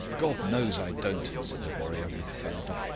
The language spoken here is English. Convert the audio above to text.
god knows i don't, said the warrior, with fervour.